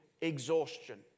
exhaustion